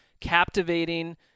captivating